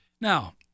Now